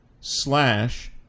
slash